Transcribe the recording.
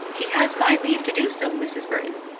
he has my leave to do so, mrs. burton.